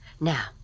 Now